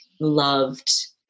loved